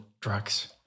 drugs